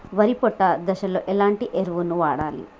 వరి పొట్ట దశలో ఎలాంటి ఎరువును వాడాలి?